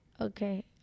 Okay